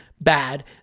bad